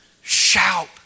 shout